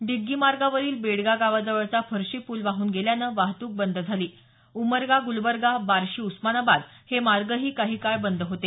डिग्गी मार्गावरील बेडगा गावाजवळचा फरशी पूल वाहन गेल्यानं वाहतून बंद झाली उमरगा गुलबर्गा बार्शी उस्मानाबाद हे मार्गही काही काळ बंद होते